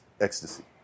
ecstasy